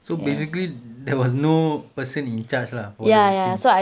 so basically there was no person in charge lah for the thing